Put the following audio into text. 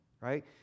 right